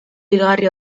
hilgarri